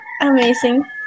amazing